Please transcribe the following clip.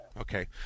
Okay